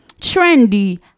trendy